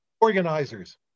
organizers